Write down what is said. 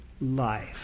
life